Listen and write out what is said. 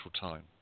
time